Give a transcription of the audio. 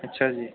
ਅੱਛਾ ਜੀ